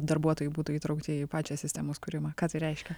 darbuotojai būtų įtraukti į pačią sistemos kūrimą ką tai reiškia